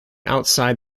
outside